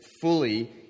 fully